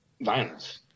violence